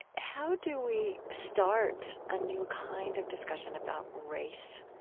how do we start a new kind of discussion about race,